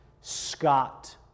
Scott